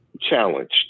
challenged